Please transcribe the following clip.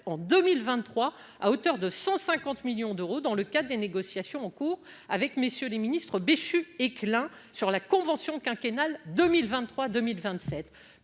en 2023 à hauteur de 150 millions d'euros dans le cadre des négociations en cours avec messieurs les Ministres, Béchu et un sur la convention quinquennale 2023 2027,